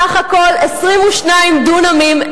סך הכול 22 מיליון דונמים,